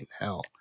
hell